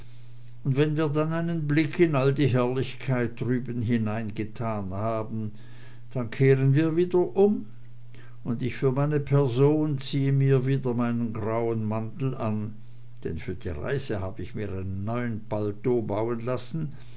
und wenn wir dann einen blick in all die herrlichkeit drüben hinein getan haben dann kehren wir wieder um und ich für meine person ziehe mir wieder meinen grauen mantel an denn für die reise hab ich mir einen neuen paletot bauen lassen